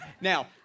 Now